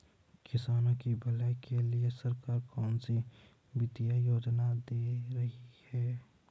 किसानों की भलाई के लिए सरकार कौनसी वित्तीय योजना दे रही है?